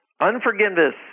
unforgiveness